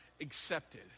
accepted